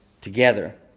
together